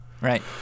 right